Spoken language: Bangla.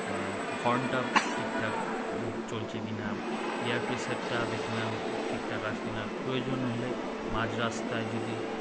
হর্নটা ঠিক ঠাক চলছে কি না এয়ার প্রসারটা দেখলাম ঠিক ঠাক আছে কি না প্রয়োজন হলে মাঝ রাস্তায় যদি